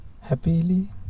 happily